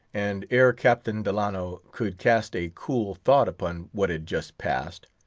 and ere captain delano could cast a cool thought upon what had just passed,